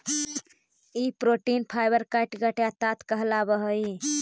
ई protein fibre catgut या ताँत कहलावऽ हई